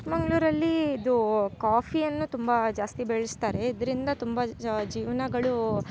ಚಿಕ್ಕಮಂಗ್ಳೂರಲ್ಲಿ ಇದು ಕಾಫಿಯನ್ನು ತುಂಬ ಜಾಸ್ತಿ ಬೆಳೆಸ್ತಾರೆ ಇದರಿಂದ ತುಂಬ ಜೀವನಗಳೂ